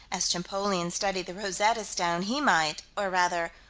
as champollion studied the rosetta stone, he might or, rather,